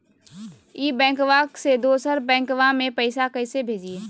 ई बैंकबा से दोसर बैंकबा में पैसा कैसे भेजिए?